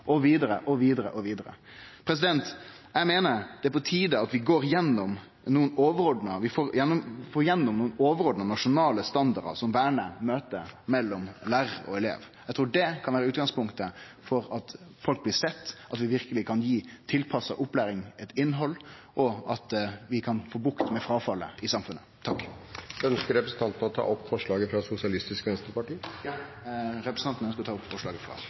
og vidare, og vidare. Eg meiner det er på tide at vi går gjennom nokre overordna nasjonale standardar som vernar møtet mellom lærar og elev. Eg trur det kan vere utgangspunktet for at folk blir sett, at vi verkeleg kan gi tilpassa opplæring eit innhald, og at vi kan få bukt med fråfallet i samfunnet. Ønsker representanten å ta opp forslaget fra Sosialistisk Venstreparti? Ja, eg tar opp forslaget frå Sosialistisk Venstreparti. Representanten Torgeir Knag Fylkesnes har tatt opp det forslaget